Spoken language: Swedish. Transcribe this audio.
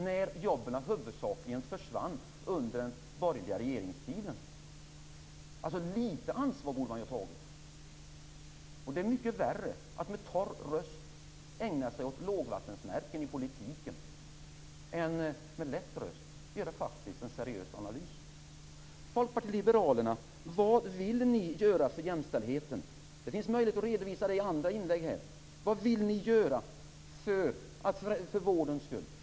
Nej, jobben försvann huvudsakligen under den borgerliga regeringstiden. Litet ansvar borde ni ha tagit. Det är mycket värre att med torr röst ägna sig åt lågvattenmärken i politiken än att med lätt röst göra en seriös analys. Folkpartiet liberalerna, vad vill ni göra för jämställdheten? Det finns möjlighet att redovisa det i andra inlägg här. Vad vill ni göra för vårdens skull?